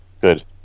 Good